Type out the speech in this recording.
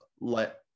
let